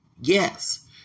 Yes